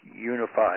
unified